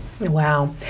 Wow